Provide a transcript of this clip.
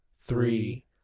three